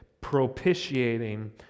Propitiating